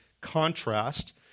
contrast